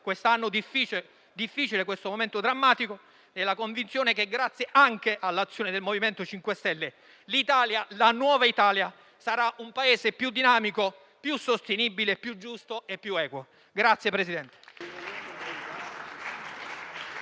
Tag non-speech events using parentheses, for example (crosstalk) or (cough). quest'anno difficile, questo momento drammatico, nella convinzione che, anche grazie all'azione del MoVimento 5 Stelle, l'Italia, la nuova Italia, sarà un Paese più dinamico, più sostenibile, più giusto e più equo. (applause)